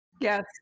Yes